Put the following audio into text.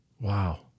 Wow